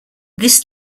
this